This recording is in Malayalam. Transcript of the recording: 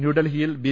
ന്യൂഡൽഹിയിൽ ബി